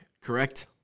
correct